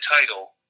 title –